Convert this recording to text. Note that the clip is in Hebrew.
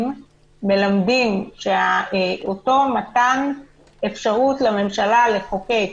מלמד שאותו מתן אפשרות לממשלה לחוקק